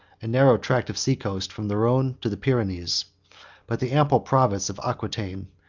a narrow tract of sea-coast, from the rhone to the pyrenees but the ample province of aquitain,